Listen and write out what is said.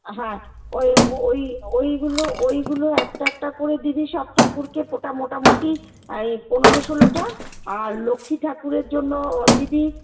হ্যাঁ ঐ ঐ ঐগুলো ঐগুলো একটা একটা করে দিবি সব ঠাকুরকে ওটা মোটামুটি ইয়ে পনেরো যোলোটা আর লক্ষ্মী ঠাকুরের জন্য দিবি